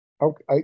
Okay